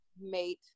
mate